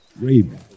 Raven